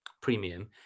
premium